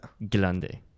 Glande